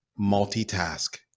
multitask